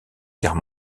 guerre